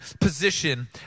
position